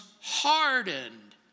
hardened